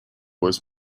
was